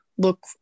look